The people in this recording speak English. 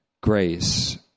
grace